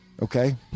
Okay